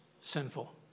sinful